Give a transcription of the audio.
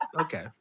Okay